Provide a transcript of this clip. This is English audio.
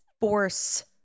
force